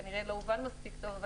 אבל כנראה לא הובן מספיק טוב,